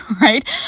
right